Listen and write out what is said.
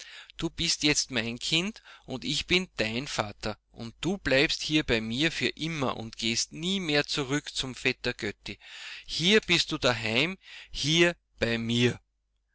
du bist jetzt mein kind und ich bin dein vater und du bleibst hier bei mir für immer und gehst nie mehr zurück zum vetter götti hier bist du daheim hier bei mir